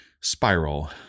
spiral